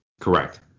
Correct